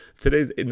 Today's